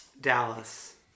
Dallas